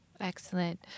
Excellent